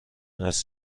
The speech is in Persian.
است